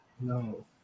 no